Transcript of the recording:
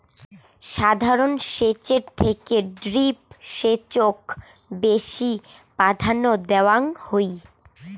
সাধারণ সেচের থেকে ড্রিপ সেচক বেশি প্রাধান্য দেওয়াং হই